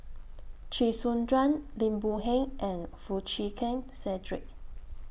Chee Soon Juan Lim Boon Heng and Foo Chee Keng Cedric